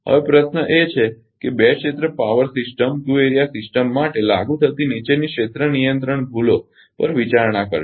હવે પ્રશ્ન એ છે કે બે ક્ષેત્ર પાવર સિસ્ટમ માટે લાગુ થતી નીચેની ક્ષેત્ર નિયંત્રણ ભૂલો પર વિચારણા કરશે